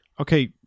Okay